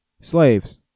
slaves